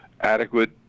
adequate